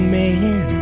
man